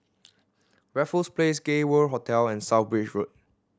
Raffles Place Gay World Hotel and South Bridge Road